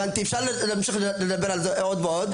אפשר להמשיך לדבר על זה עוד ועוד,